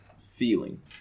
feeling